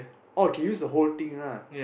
oh can use the whole thing lah